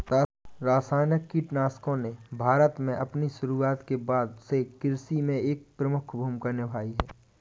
रासायनिक कीटनाशकों ने भारत में अपनी शुरूआत के बाद से कृषि में एक प्रमुख भूमिका निभाई हैं